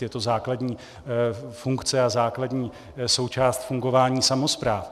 Je to základní funkce a základní součást fungování samospráv.